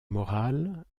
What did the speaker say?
morale